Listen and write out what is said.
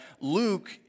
Luke